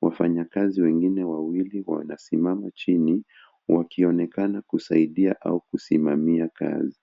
Wafanya kazi wengine wawili wanasimama chini, wakionekana kusaidia au kusimamia kazi.